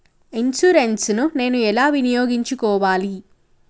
Insurance ని నేను ఎలా వినియోగించుకోవాలి?